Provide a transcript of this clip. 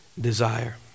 Desire